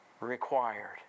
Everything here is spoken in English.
required